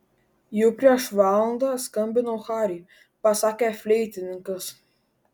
jau prieš valandą skambinau hariui pasakė fleitininkas